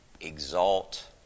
exalt